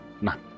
None